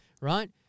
right